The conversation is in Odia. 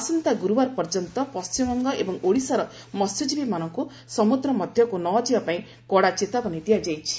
ଆସନ୍ତା ଗୁରୁବାର ପର୍ଯ୍ୟନ୍ତ ପଣ୍ଟିମବଙ୍ଗ ଏବଂ ଓଡ଼ିଶାର ମହ୍ୟକୀବୀମାନଙ୍କୁ ସମୁଦ୍ର ମଧ୍ୟକୁ ନ ଯିବା ପାଇଁ କଡ଼ା ଚେତାବନୀ ଦିଆଯାଇଛି